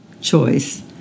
choice